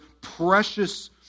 precious